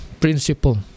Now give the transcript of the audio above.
principle